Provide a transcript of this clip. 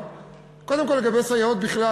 קודם כול לגבי סייעות בכלל,